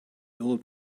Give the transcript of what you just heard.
old